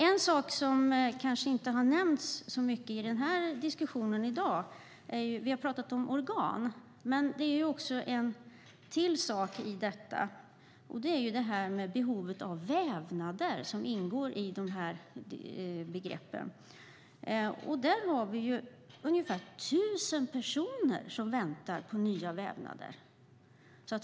En sak som kanske inte har nämnts så mycket i diskussionen om organ i dag är behovet av vävnader, som ingår i dessa begrepp. Det är ungefär 1 000 personer som väntar på nya vävnader.